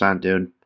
dude